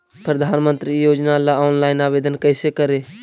प्रधानमंत्री योजना ला ऑनलाइन आवेदन कैसे करे?